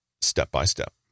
Step-by-Step